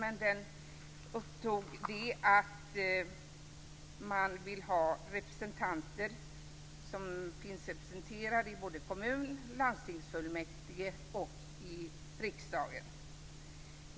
Där tas upp att man vill ha representanter för de partier som finns representerade i kommun och landstingsfullmäktige och i riksdagen.